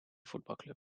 voetbalclub